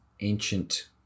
ancient